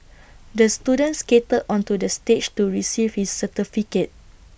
the student skated onto the stage to receive his certificate